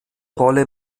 rolle